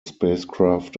spacecraft